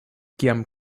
kiam